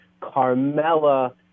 Carmela